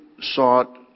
sought